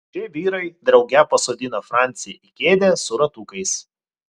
šie vyrai drauge pasodino francį į kėdę su ratukais